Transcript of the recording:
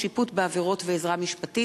שיפוט בעבירות ועזרה משפטית),